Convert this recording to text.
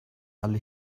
alle